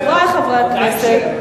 חברי חברי הכנסת,